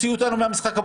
שככנסת,